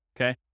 okay